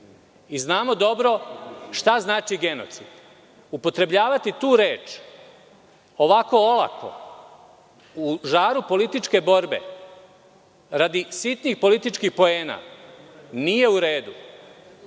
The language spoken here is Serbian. i znamo dobro šta znači reč genocid. Upotrebljavati tu reč ovako olako u žaru političke borbe radi sitnih političkih poena nije u redu.